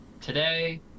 today